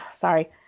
sorry